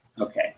Okay